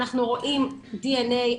אנחנו רואים דנ”א,